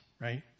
right